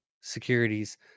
securities